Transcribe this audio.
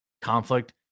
conflict